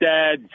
Dad